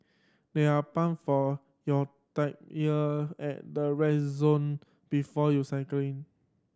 there are pump for your tyre at the zone before you cycling